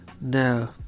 No